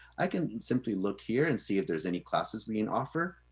i can simply look here and see if there's any classes being offered.